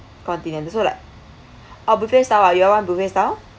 continental so like a buffet style you all want buffet style